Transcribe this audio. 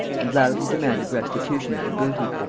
and loudly demanded restitution of the booty.